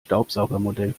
staubsaugermodell